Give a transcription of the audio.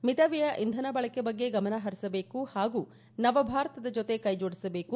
ಮಿತವ್ಯಯ ಇಂಧನ ಬಳಕೆ ಬಗ್ಗೆ ಗಮನ ಹರಿಸಬೇಕು ಹಾಗೂ ನವ ಭಾರತದ ಜತೆ ಕ್ಷೆ ಜೋಡಿಸಬೇಕು